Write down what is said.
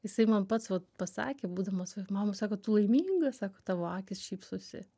jisai man pats vat pasakė būdamas mam sako tu laiminga sako tavo akys šypsosi